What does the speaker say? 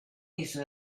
iso